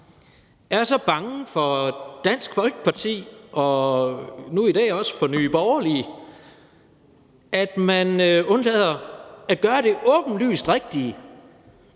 er så bange for Dansk Folkeparti og nu i dag også for Nye Borgerlige, at man undlader at gøre det åbenlyst rigtige